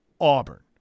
Auburn